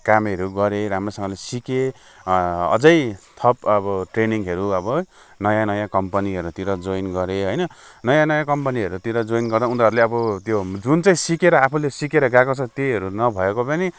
कामहरू गरेँ राम्रोसँगले सिकेँ अझै थप अब ट्रेनिङहरू अब नयाँ नयाँ कम्पनीहरूतिर जोइन गरेँ होइन नयाँ नयाँ कम्पनीहरूतिर जोइन गर्दा उनीहरूले अब त्यो जुन चाहिँ सिकेर आफूले सिकेर गएको छ त्यहीहरू नभएको पनि